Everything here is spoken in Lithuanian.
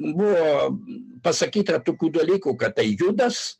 buvo pasakyta tokių dalykų kad tai judas